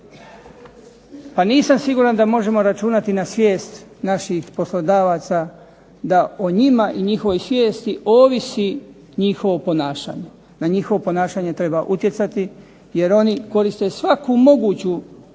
Pa nisam siguran da možemo računati na svijest naših poslodavaca da o njima i njihovoj svijesti ovisi njihovo ponašanje. Na njihovo ponašanje treba utjecati jer oni koriste svaku moguću